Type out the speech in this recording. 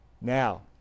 now